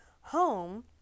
home